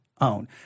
own